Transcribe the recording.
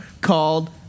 called